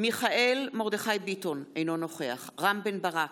מיכאל מרדכי ביטון, אינו נוכח רם בן-ברק,